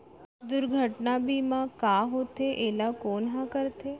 दुर्घटना बीमा का होथे, एला कोन ह करथे?